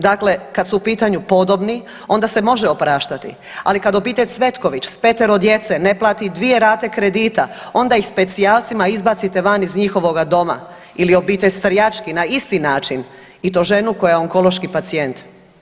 Dakle, kada su u pitanju podobni onda se može opraštati, ali kada obitelj Cvetković s petero djece ne plati dvije rate kredita onda ih specijalcima izbacite van iz njihovoga doma ili obitelj Starjački na isti način i to ženu koja je onkološki pacijent.